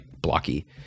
blocky